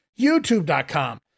youtube.com